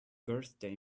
birthday